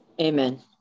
amen